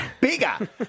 bigger